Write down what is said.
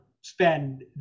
spend